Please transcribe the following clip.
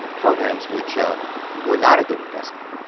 programs which were not a good investment.